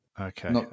Okay